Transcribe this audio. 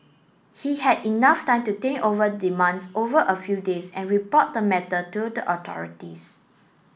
he had enough time to think over demands over a few days and report the matter to the authorities